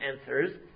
answers